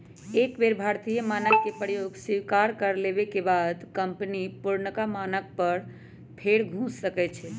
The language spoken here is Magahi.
एक बेर भारतीय मानक के प्रयोग स्वीकार कर लेबेके बाद कंपनी पुरनका मानक पर फेर घुर सकै छै